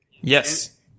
Yes